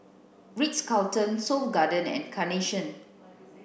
Ritz Carlton Seoul Garden and Carnation